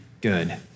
good